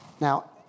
Now